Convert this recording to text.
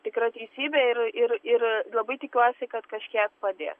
tikra teisybė ir ir ir labai tikiuosi kad kažkiek padės